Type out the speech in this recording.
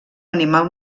animal